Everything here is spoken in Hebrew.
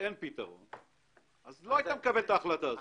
אין פתרון לא היית מקבל את ההחלטה הזאת.